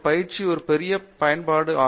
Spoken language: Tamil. இந்த பயிற்சியில் ஒரு பெரிய பயன்பாடும் இருக்கும்